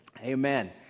Amen